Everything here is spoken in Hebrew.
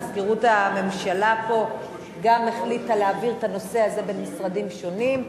מזכירות הממשלה פה גם החליטה להעביר את הנושא הזה בין משרדים שונים.